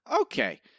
Okay